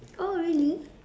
oh really